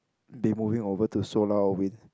be moving over to solar or wind